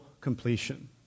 completion